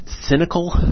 cynical